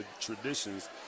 traditions